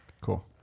Cool